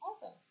Awesome